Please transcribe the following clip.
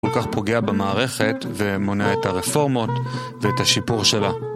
כל כך פוגע במערכת ומונע את הרפורמות ואת השיפור שלה